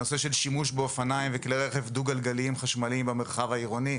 שימוש באופניים וכלי רכב דו-גלגליים חשמליים במרחב העירוני,